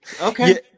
okay